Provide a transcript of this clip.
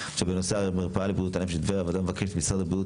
8. בנושא המרפאה לבריאות הנפש בטבריה: הוועדה מבקשת ממשרד הבריאות